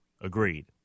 Agreed